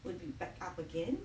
will be back up again